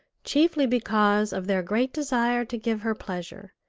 chiefly because of their great desire to give her pleasure,